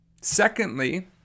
Secondly